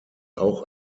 auch